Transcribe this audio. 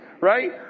Right